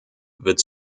wird